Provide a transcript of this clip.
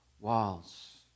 walls